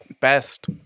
best